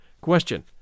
Question